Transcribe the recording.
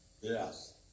Yes